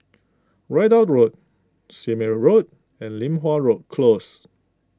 Ridout Road Sime Road and Li Hwan Road Close